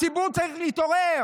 הציבור צריך להתעורר.